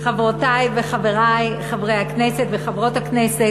חברותי וחברי חברי הכנסת וחברות הכנסת,